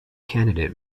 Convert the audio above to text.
candidate